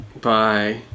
Bye